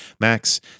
Max